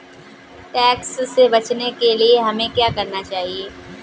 Tax से बचने के लिए हमें क्या करना चाहिए?